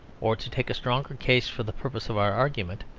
or to take a stronger case for the purpose of our argument,